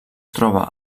troba